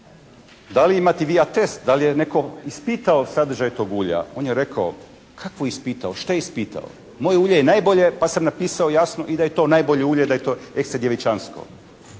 Da li imate vi atest, da li je netko ispitao sadržaj tog ulja. On je rekao, kako ispitao, šta ispitao. Moje ulje je najbolje pa sam napisao jasno i da je to najbolje ulje da je to ekstra djevičansko.